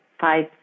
five